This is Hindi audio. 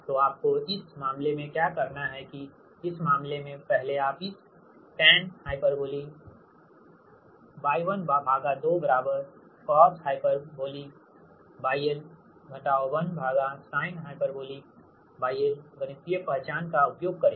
तो आपको इस मामले में क्या करना है की इस मामले में पहले आप इस tanhYl2 cosh Yl 1sinh Yl गणितीय पहचान का उपयोग करे